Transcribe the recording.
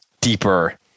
deeper